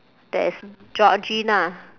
there is georgina